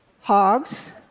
hogs